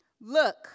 Look